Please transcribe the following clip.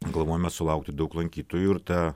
galvojame sulaukti daug lankytojų ir ta